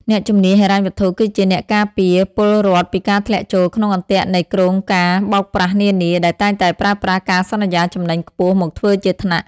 អ្នកជំនាញហិរញ្ញវត្ថុគឺជាអ្នកការពារពលរដ្ឋពីការធ្លាក់ចូលក្នុងអន្ទាក់នៃគ្រោងការណ៍បោកប្រាស់នានា ដែលតែងតែប្រើប្រាស់ការសន្យាចំណេញខ្ពស់មកធ្វើជាថ្នាក់។